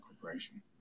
corporation